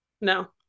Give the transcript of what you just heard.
No